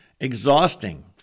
exhausting